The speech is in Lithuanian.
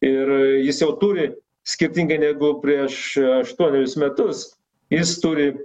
ir jis jau turi skirtingai negu prieš aštuonerius metus jis turi